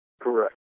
Correct